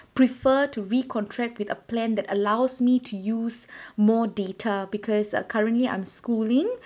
prefer to re-contract with a plan that allows me to use more data because currently I'm schooling